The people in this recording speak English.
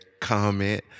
comment